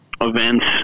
events